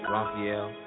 Raphael